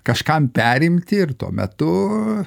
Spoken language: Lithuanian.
kažkam perimti ir tuo metu